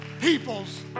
people's